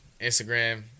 Instagram